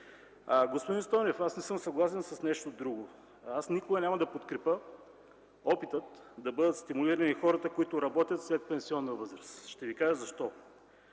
Господин Стойнев, аз не съм съгласен с нещо друго. Аз никога няма да подкрепя опита да бъдат стимулирани хората, които работят след пенсионна възраст и ще ви кажа защо.